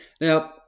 Now